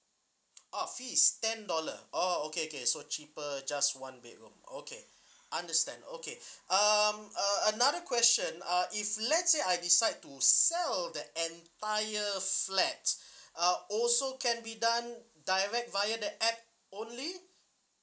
oh fees is ten dollar orh okay okay so cheaper just one bedroom okay understand okay um uh another question uh if let's say I decide to sell the entire flat uh also can be done direct via the app only